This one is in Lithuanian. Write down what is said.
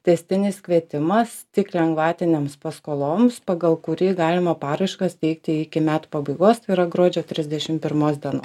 tęstinis kvietimas tik lengvatinėms paskoloms pagal kurį galima paraiškas teikti iki metų pabaigos tai yra gruodžio trisdešim pirmos dienos